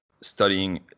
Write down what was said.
studying